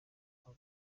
ngo